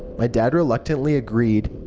my dad reluctantly agreed.